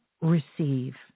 receive